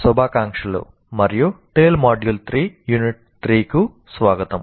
శుభాకాంక్షలు మరియు TALE module 3 unit 3 కు స్వాగతం